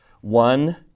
one